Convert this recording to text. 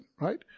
right